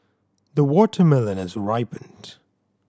the watermelon has ripened